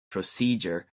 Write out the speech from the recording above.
procedure